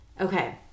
Okay